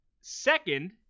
Second